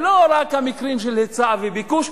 ולא רק המקרים של היצע וביקוש,